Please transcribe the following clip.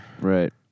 Right